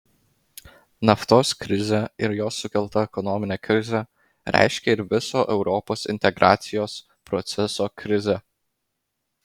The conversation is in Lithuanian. naftos krizė ir jos sukelta ekonominė krizė reiškė ir viso europos integracijos proceso krizę